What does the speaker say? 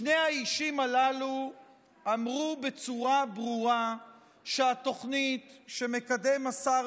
שני האישים הללו אמרו בצורה ברורה שהתוכנית שמקדם השר